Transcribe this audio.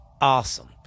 awesome